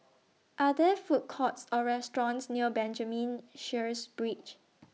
Are There Food Courts Or restaurants near Benjamin Sheares Bridge